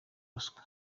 ruswa